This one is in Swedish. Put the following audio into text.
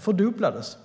Från